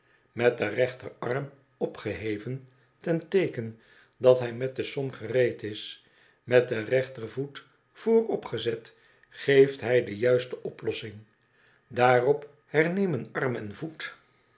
met den rechterarm opgeheven ten teeken dat hij met de som gereed is met den rechtervoet voorop gezet geeft hij de juiste oplossing daarop hernemen arm en voet